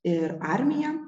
ir armija